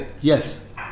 Yes